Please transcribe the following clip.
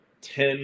Ten